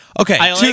Okay